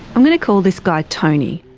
i'm going to call this guy tony.